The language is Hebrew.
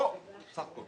לא סך הכול,